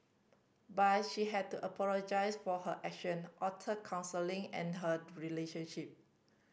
but she had to apologise for her action alter counselling and her relationship